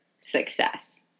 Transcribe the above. success